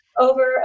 over